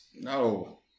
No